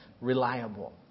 Reliable